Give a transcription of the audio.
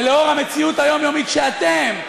ולאור המציאות היומיומית שאתם,